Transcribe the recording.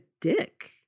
dick